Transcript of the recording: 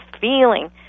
feeling